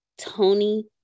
tony